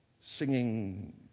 singing